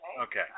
Okay